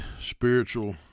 spiritual